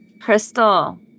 Crystal